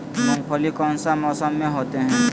मूंगफली कौन सा मौसम में होते हैं?